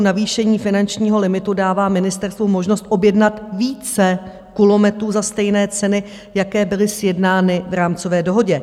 Navýšení finančního limitu dává ministerstvu možnost objednat více kulometů za stejné ceny, jaké byly sjednány v rámcové dohodě.